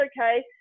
okay